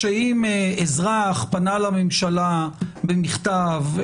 שאם אזרח פנה לממשלה במכתב,